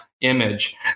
image